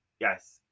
Yes